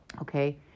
okay